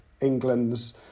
England's